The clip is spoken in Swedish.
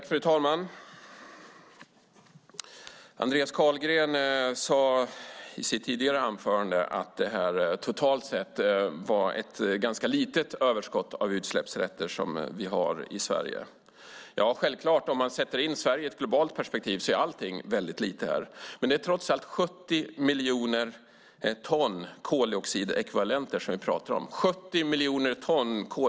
Fru talman! Andreas Carlgren sade i sitt tidigare anförande att det totalt sett är ett ganska litet överskott av utsläppsrätter som vi har i Sverige. Ja, självklart, om man sätter in Sverige i ett globalt perspektiv är allting väldigt litet här. Men det är trots allt 70 miljoner ton koldioxidekvivalenter vi pratar om.